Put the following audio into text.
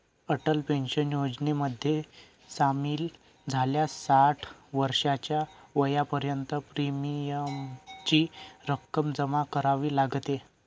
Atal pension योजनेमध्ये सामील झाल्यास साठ वर्षाच्या वयापर्यंत प्रीमियमची रक्कम जमा करावी लागते